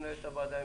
מנהלת הוועדה,